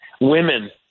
women